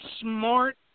smart